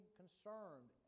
concerned